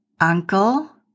Uncle